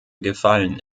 gefallen